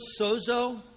sozo